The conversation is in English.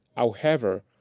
however,